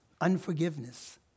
Unforgiveness